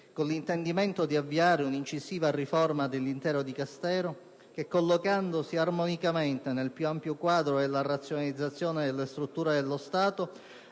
Grazie.